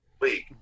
league